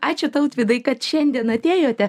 ačiū tautvydai kad šiandien atėjote